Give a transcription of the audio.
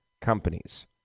companies